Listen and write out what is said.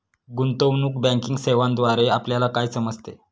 गुंतवणूक बँकिंग सेवांद्वारे आपल्याला काय समजते?